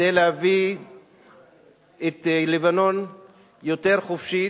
כדי להביא ללבנון יותר חופשית,